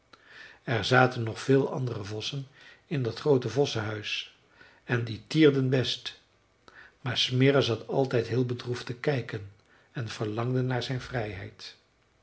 er zaten nog veel andere vossen in dat groote vossenhuis en die tierden best maar smirre zat altijd heel bedroefd te kijken en verlangde naar zijn vrijheid